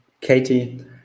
Katie